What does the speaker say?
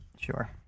Sure